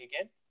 again